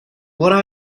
what